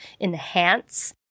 enhance